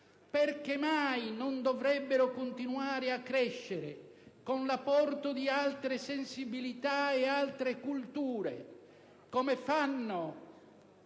perché mai non dovrebbero continuare a crescere con l'apporto di altre sensibilità ed altre culture, come fanno